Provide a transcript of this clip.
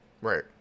Right